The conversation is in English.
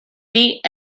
beat